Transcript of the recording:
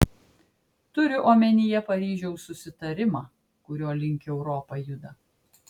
turiu omenyje paryžiaus susitarimą kurio link europa juda